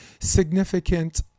significant